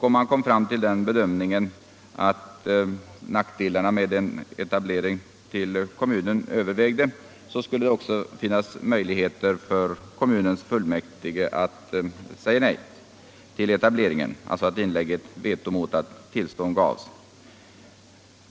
Om man kom fram till bedömningen att nackdelarna med en etablering i kommunen övervägde skulle det också finnas möjligheter för kommunens fullmäktige att säga nej till etableringen, alltså inlägga sitt veto mot att tillstånd gavs.